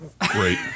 great